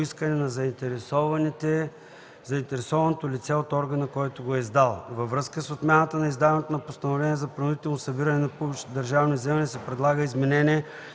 на заинтересованото лице от органа, който го е издал; - във връзка с отмяната на издаването на постановление за принудително събиране на публични държавни вземания се предлага изменение